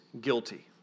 guilty